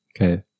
Okay